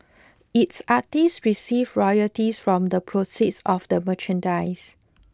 its artists receive royalties from the proceeds of the merchandise